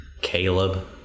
Caleb